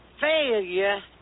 failure